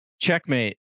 Checkmate